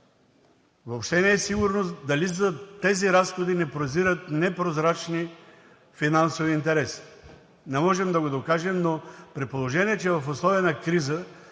Въобще не е сигурно дали зад тези разходи не прозират непрозрачни финансови интереси. Не можем да го докажем, но при положение че в условия на криза